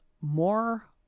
more